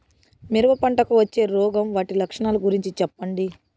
మిరప పంటకు వచ్చే రోగం వాటి లక్షణాలు గురించి చెప్పండి?